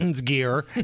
gear